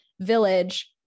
village